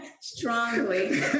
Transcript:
strongly